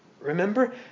Remember